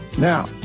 Now